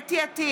חוה אתי עטייה,